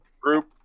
group